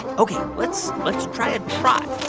ok. let's let's try a trot.